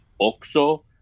Oxo